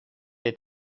est